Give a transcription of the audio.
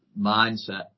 mindset